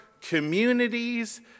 communities